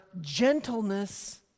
gentleness